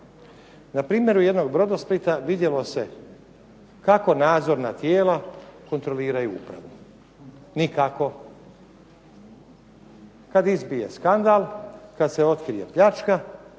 Na primjeru jednog Brodosplita vidjelo se kako nadzorna tijela kontroliraju upravu. Nikako! Kad izbije skandal, kad se otkrije pljačka,